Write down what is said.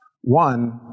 One